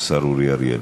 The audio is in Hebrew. אילן גילאון,